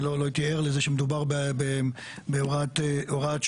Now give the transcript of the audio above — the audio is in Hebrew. אני לא הייתי ער לזה שמדובר בהוראת שעה.